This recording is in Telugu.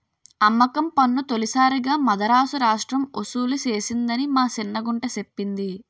అమ్మకం పన్ను తొలిసారిగా మదరాసు రాష్ట్రం ఒసూలు సేసిందని మా సిన్న గుంట సెప్పింది